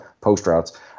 post-routes